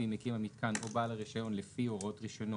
מקים המיתקן או בעל הרישיון לפי הוראות רישיונו,